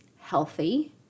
healthy